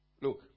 Look